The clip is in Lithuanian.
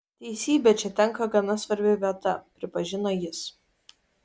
teisybė čia tenka gana svarbi vieta pripažino jis